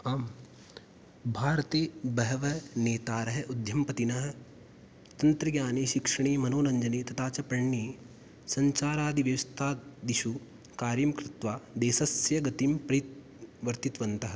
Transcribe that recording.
आं भारते बहवः नेतारः उद्यमपतिनः तन्त्रज्ञाने शिक्षणे मनोरञ्जने तथा च प्रेरणे सञ्चारादिव्यवस्थादिषु कार्यं कृत्वा देशस्य गतिं प्रेरित वर्तितवन्तः